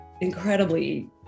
incredibly